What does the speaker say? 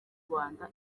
rwanda